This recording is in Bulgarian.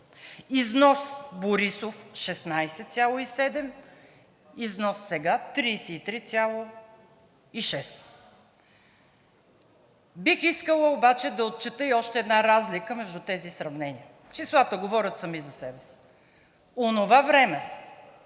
Износ –Борисов – 16,7, износ сега – 33,6. Бих искала обаче да отчета и още една разлика между тези сравнения, числата говорят сами за себе си.